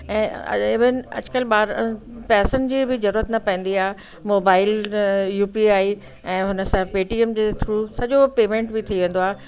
ऐं अॼुकल्ह ॿार पैसनि जी बि ज़रूरत न पवंदी आहे मोबाइल यूपीआई ऐं हुन सां पेटीअम जे थ्रू सॼो पेमेंट बि थी वेंदो आहे